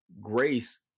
Grace